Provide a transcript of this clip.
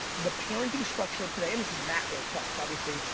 the parenting structure of today, and this is macro talk, obviously,